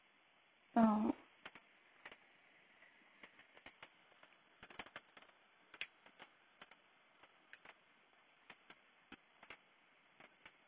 oh